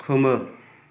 खोमोर